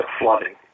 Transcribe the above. flooding